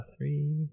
Three